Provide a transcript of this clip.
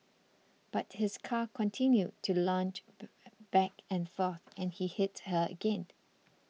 but his car continued to lunge back and forth and he hit her again